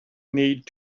need